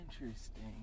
Interesting